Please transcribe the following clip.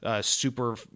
super